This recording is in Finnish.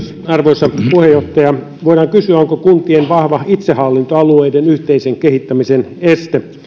arvoisa puheenjohtaja voidaan kysyä onko kuntien vahva itsehallinto alueiden yhteisen kehittämisen este